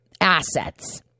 assets